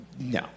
No